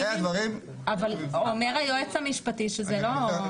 עיקרי הדברים --- אומר היועץ המשפטי שזה לא.